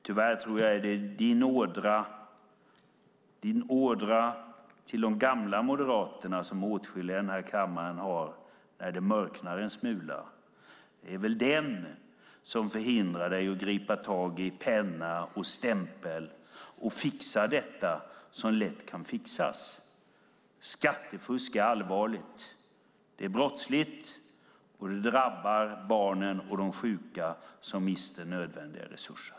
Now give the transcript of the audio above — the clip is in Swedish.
Tyvärr tror att det är din ådra till de gamla moderaterna, som åtskilliga i den här kammaren har, när det mörknar en smula som hindrar dig att gripa tag i penna och stämpel och fixa det som lätt kan fixas. Skattefusk är allvarligt. Det är brottsligt, och det drabbar barnen och de sjuka som mister nödvändiga resurser.